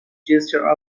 gesture